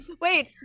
wait